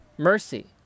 mercy